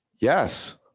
Yes